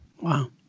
Wow